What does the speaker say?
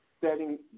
setting